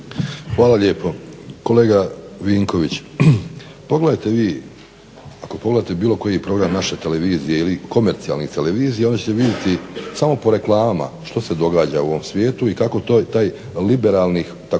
Hvala lijepo. Kolega Vinković ako pogledate bilo koji program naše TV ili komercijalnih TV onda ćete vidjeti samo po reklamama što se događa u ovom svijetu i kako taj liberalni reklo